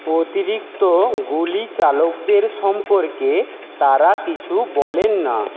অতিরিক্ত গুলিচালকদের সম্পর্কে তারা কিছু বলেন না